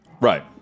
Right